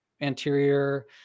anterior